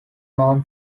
known